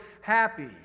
happy